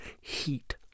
heat